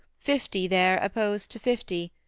fifty there opposed to fifty,